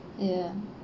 ya